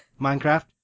Minecraft